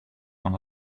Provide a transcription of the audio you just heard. van